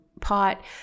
pot